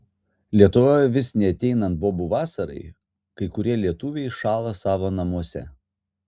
lietuvoje vis neateinat bobų vasarai kai kurie lietuviai šąla savo namuose